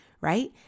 right